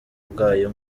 bwayo